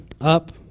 up